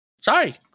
Sorry